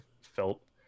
felt